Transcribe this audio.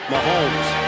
Mahomes